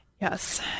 Yes